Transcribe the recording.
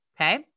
Okay